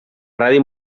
radi